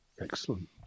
Excellent